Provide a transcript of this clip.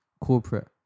corporate